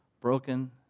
broken